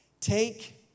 Take